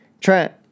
Trent